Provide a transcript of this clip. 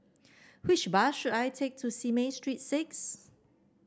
which bus should I take to Simei Street Six